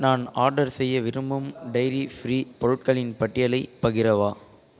நான் ஆர்டர் செய்ய விரும்பும் டைரி ஃப்ரீ பொருட்களின் பட்டியலைப் பகிரவா